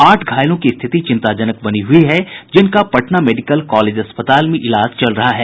आठ घायलों की स्थिति चिंताजनक बनी हुयी है जिनका पटना मेडिकल कॉलेज अस्पताल में इलाज चल रहा है